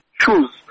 choose